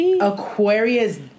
Aquarius